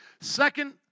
Second